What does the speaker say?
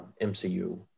MCU